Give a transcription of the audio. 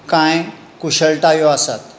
कांय कुशळटायो आसात